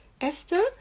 Esther